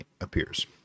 appears